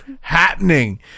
happening